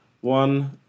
One